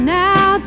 now